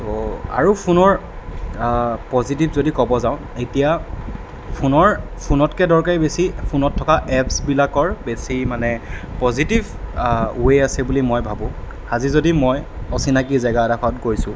তো আৰু ফোনৰ পজিটিভ যদি ক'ব যাওঁ এতিয়া ফোনৰ ফোনতকৈ দৰকাৰী বেছি ফোনত থকা এপ্ছবিলাকৰ বেছি মানে পজিটিভ ৱে' আছে বুলি মই ভাবোঁ আজি যদি মই অচিনাকি জেগা এডোখৰত গৈছোঁ